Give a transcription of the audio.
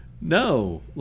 No